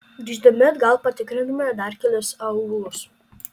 grįždami atgal patikrinome dar kelis aūlus